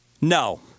No